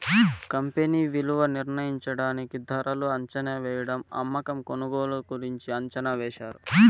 company విలువ నిర్ణయించడానికి ధరలు అంచనావేయడం అమ్మకం కొనుగోలు గురించి అంచనా వేశారు